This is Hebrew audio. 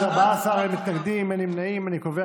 אם השרה לא שכנעה, אז אפשר להצביע בעד?